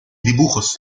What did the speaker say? dibujos